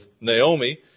Naomi